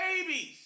babies